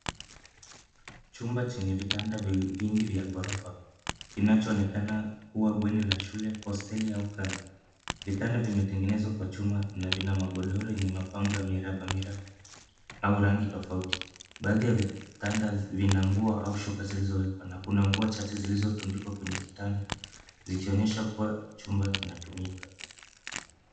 Chumba chenye vitanda vingi vya ghorofa kinachoonekana kuwa bweni la shule, hosteli au kambi . Vitanda vimetengenezwa kwa chuma na vina magodoro yenye mapambo ya miraba miraba au rangi tofauti. Baadhi ya vitanda vina nguo au shuka zilizowekwa na kuna nguo chache zilizotundikwa kwenye kitanda zikionyesha kuwa chumba kinatumika.